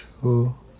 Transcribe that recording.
who